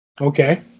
Okay